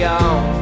on